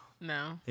no